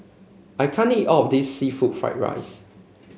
I can't eat all of this seafood Fried Rice